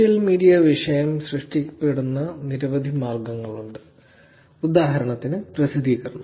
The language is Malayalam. സോഷ്യൽ മീഡിയ വിഷയം സൃഷ്ടിക്കപ്പെടുന്ന നിരവധി മാർഗങ്ങളുണ്ട് ഉദാഹരണത്തിന് പ്രസിദ്ധീകരണം